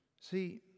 See